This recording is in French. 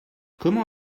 comment